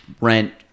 rent